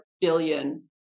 billion